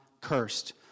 cursed